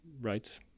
Right